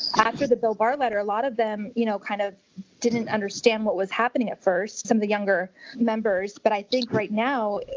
after the bill barr letter, a lot of them, you know, kind of didn't understand what was happening at first. some of the younger members. but i think right now,